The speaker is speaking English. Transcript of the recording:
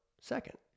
second